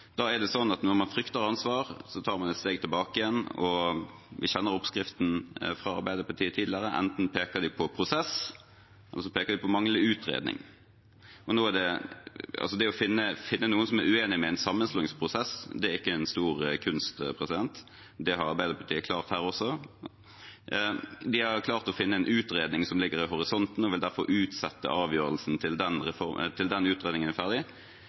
når man frykter ansvar, tar man et steg tilbake. Vi kjenner oppskriften fra Arbeiderpartiet tidligere: Enten peker de på prosess, eller så peker de på manglende utredning. Å finne noen som er uenig i en sammenslåingsprosess, er ikke den store kunsten. Det har Arbeiderpartiet klart her også. De har klart å finne en utredning som ligger i horisonten, og vil derfor utsette avgjørelsen til den utredningen er ferdig.